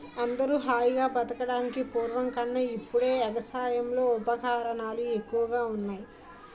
అందరూ హాయిగా బతకడానికి పూర్వం కన్నా ఇప్పుడే ఎగసాయంలో ఉపకరణాలు ఎక్కువగా ఉన్నాయ్